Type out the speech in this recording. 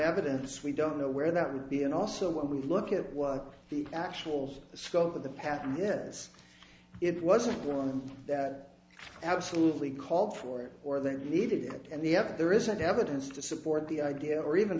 evidence we don't know where that would be and also when we look at what the actual scope of the patent is it wasn't one that absolutely called for it or they needed it and the other there isn't evidence to support the idea or even